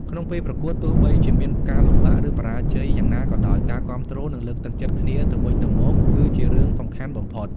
ក្នុងពេលប្រកួត ទោះបីជាមានការលំបាក ឬបរាជ័យយ៉ាងណាក៏ដោយ ការគាំទ្រ និងលើកទឹកចិត្តគ្នាទៅវិញទៅមកគឺជារឿងសំខាន់បំផុត។